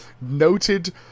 Noted